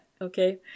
okay